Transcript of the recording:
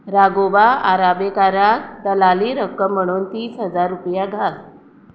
राघोबा आराबेकाराक दलाली रक्कम म्हणून तीस हजार रुपया घाल